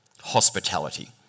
hospitality